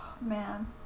man